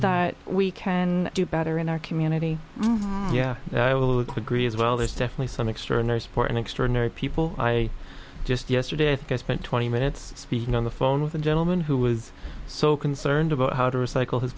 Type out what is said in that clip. that we can do better in our community yeah i will quit green as well there's definitely some extraordinary support and extraordinary people i just yesterday i spent twenty minutes speaking on the phone with a gentleman who was so concerned about how to recycle his